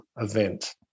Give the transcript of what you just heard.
event